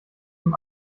dem